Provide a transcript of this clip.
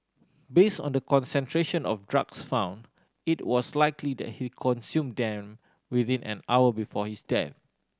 based on the concentration of drugs found it was likely that he consumed them within an hour before his death